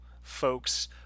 folks